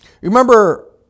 remember